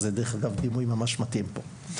זה, דרך אגב, דימוי ממש מתאים פה.